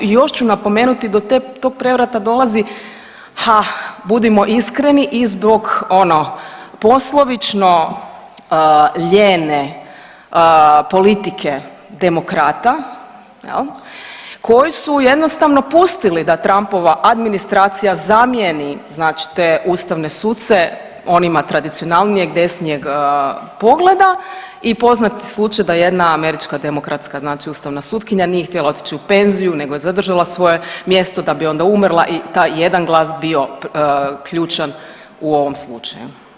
I još ću napomenuti, do tog prevrata dolazi, hah budimo iskreni i zbog ono poslovično ljene politike demokrata jel koji su jednostavno pustili da Trumpova administracija zamijeni znači te ustavne suce, on ima tradicionalnijeg i desnijeg pogleda i poznat slučaj da jedna američka demokratska znači ustavna sutkinja nije htjela otići u penziju nego je zadržala svoje mjesto da bi onda umrla i taj jedan glas bio ključan u ovom slučaju.